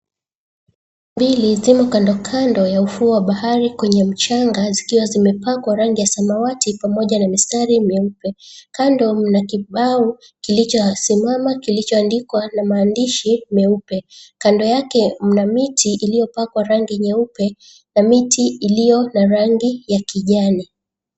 Mbili zimo kandokando ya ufuo wa bahari kwenye mchanga zikiwa zimepakwa rangi ya samawati pamoja na mistari meupe , kando kuna kibao kilicho simama kilichoandikwa na maandishi meupe ,kando yake mna miti iliyopakwa rangi nyeupe na miti iliyo na rangi ya kijani.